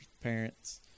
parents